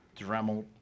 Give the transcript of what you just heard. Dremel